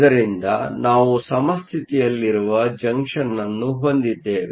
ಇದರಿಂದ ನಾವು ಸಮಸ್ಥಿತಿಯಲ್ಲಿರುವ ಜಂಕ್ಷನ್ ಅನ್ನು ಹೊಂದಿದ್ದೇವೆ